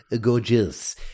gorgeous